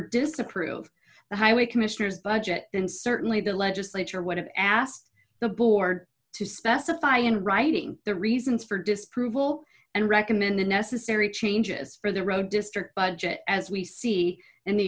disapprove the highway commissioner's budget then certainly the legislature would have asked the board to specify in writing the reasons for disproval and recommended necessary changes for the road district budget as we see